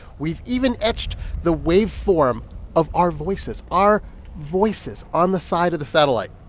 we've even etched the waveform of our voices our voices on the side of the satellite.